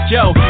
Joe